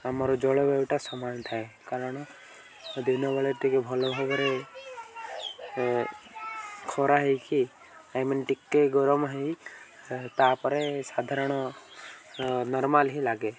ଆମର ଜଳବାୟୁଟା ସମାନ ଥାଏ କାରଣ ଦିନବେଳେ ଟିକେ ଭଲ ଭାବରେ ଖରା ହେଇକି ଆଇ ମିନ୍ ଟିକେ ଗରମ ହେଇ ତା'ପରେ ସାଧାରଣ ନର୍ମାଲ୍ ହିଁ ଲାଗେ